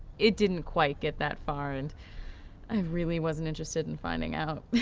it didn't quite get that far. and i really wasn't interested in finding out.